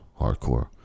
hardcore